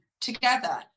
together